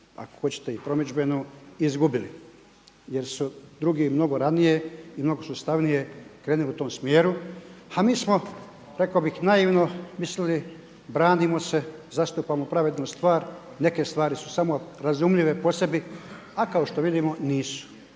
ako hoćete i promidžbenu i izgubili jer su drugi mnogo ranije i mnogo sustavnije krenuli u tom smjeru a mi smo rekao bih naivno mislili branimo se, zastupamo pravednu stvar, neke stvari su samo razumljive po sebi a kako što vidimo nisu,